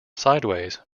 sideways